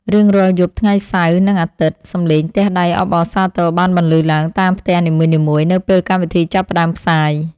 រៀងរាល់យប់ថ្ងៃសៅរ៍និងអាទិត្យ សំឡេងទះដៃអបអរសាទរបានបន្លឺឡើងតាមផ្ទះនីមួយៗនៅពេលកម្មវិធីចាប់ផ្តើមផ្សាយ។